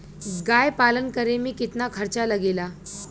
गाय पालन करे में कितना खर्चा लगेला?